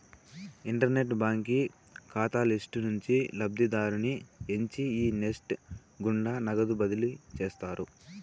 internet బాంకీ కాతాల list నుంచి లబ్ధిదారుని ఎంచి ఈ నెస్ట్ గుండా నగదు బదిలీ చేస్తారు